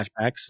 flashbacks